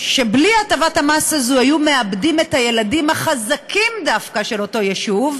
שבלי הטבת המס הזאת היו מאבדים את הילדים החזקים דווקא של אותו יישוב,